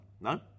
No